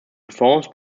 reforms